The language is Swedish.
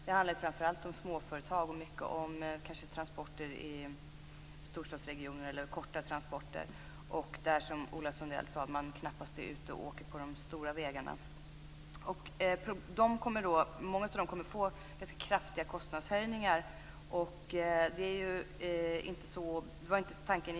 Det gäller framför allt småföretag och transporter i storstadsregionerna, alltså korta transporter. Som Ola Sundell sade är man knappast ute och åker på de stora vägarna. Många av de här fordonen kommer att få kraftiga kostnadshöjningar, vilket inte var tanken.